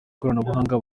ikoranabuhanga